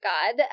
God